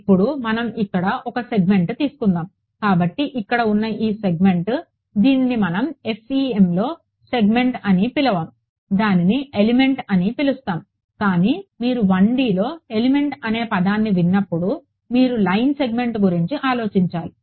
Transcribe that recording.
ఇప్పుడు మనం ఇక్కడ ఒక సెగ్మెంట్ తీసుకుందాం కాబట్టి ఇక్కడ ఉన్న ఈ సెగ్మెంట్ దీనిని మనం FEMలో సెగ్మెంట్ అని పిలవము దానిని ఎలిమెంట్ అని పిలుస్తాము కానీ మీరు 1Dలో ఎలిమెంట్ అనే పదాన్ని విన్నప్పుడు మీరు లైన్ సెగ్మెంట్ గురించి ఆలోచించాలి